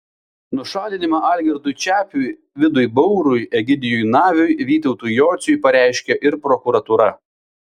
nušalinimą algirdui čepiui vidui baurui egidijui naviui vytautui jociui pareiškė ir prokuratūra